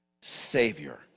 savior